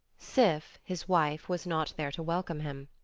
sif, his wife, was not there to welcome him.